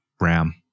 RAM